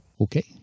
Okay